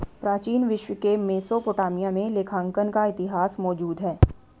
प्राचीन विश्व के मेसोपोटामिया में लेखांकन का इतिहास मौजूद है